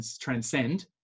transcend